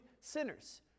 sinners